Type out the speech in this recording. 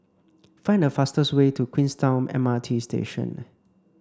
find the fastest way to Queenstown M R T Station